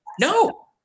no